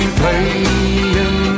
playing